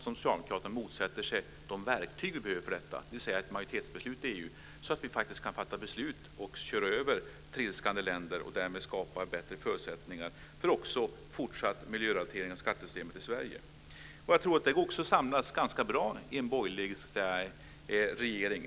Socialdemokraterna motsätter sig ju de verktyg vi behöver för detta, dvs. ett majoritetsbeslut i EU, så att vi faktiskt kan fatta beslut och köra över trilskande länder och därmed skapa bättre förutsättningar för en fortsatt miljörelatering av skattesystemet i Sverige. Jag tror att vi skulle kunna samlas ganska bra kring detta i en borgerlig regering.